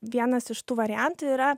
vienas iš tų variantų yra